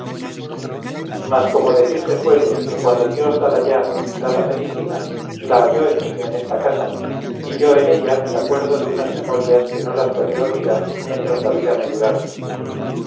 mas como decirse suele que cuando dios da la llaga da la medicina la halló el niño en esta casa y yo en ella el acuerdo de unas memorias que no las podré olvidar mientras la vida me durare